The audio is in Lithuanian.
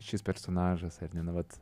šis personažas ar ne nu vat